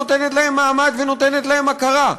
נותנת להם מעמד ונותנת להם הכרה.